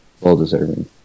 well-deserving